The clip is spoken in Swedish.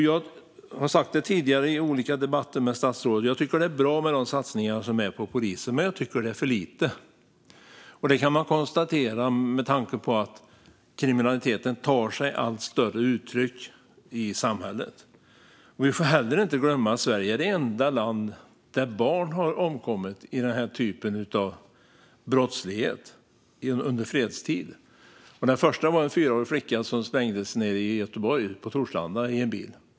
Jag har i tidigare debatter med statsrådet sagt att jag tycker att satsningarna på polisen är bra, men jag tycker att det är för lite med tanke på att kriminaliteten tar sig allt större uttryck i samhället. Vi får heller inte glömma att Sverige är det enda land där barn har omkommit i den här typen av brottslighet, under fredstid. Den första var en fyraårig flicka i en bil som sprängdes på Torslanda i Göteborg.